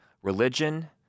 religion